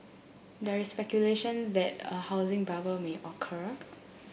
there is speculation that a housing bubble may occur